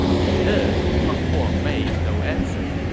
to this, meng huo made no answer.